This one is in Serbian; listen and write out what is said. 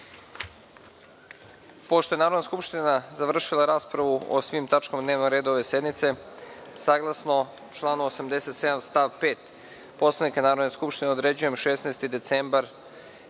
je Narodna skupština završila raspravu o svim tačkama dnevnog reda ove sednice, saglasno članu 87. stav 5. Poslovnika Narodne skupštine, određujem 16. decembar